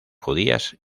judías